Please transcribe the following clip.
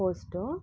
post